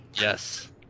Yes